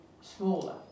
smaller